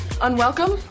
Unwelcome